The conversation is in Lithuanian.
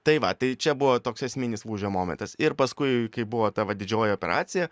tai va tai čia buvo toks esminis lūžio momentas ir paskui kai buvo ta va didžioji operacija